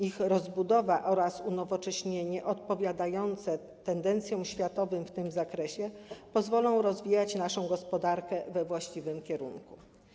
Ich rozbudowa oraz unowocześnienie odpowiadające światowym tendencjom w tym zakresie pozwolą rozwijać naszą gospodarkę we właściwym kierunku.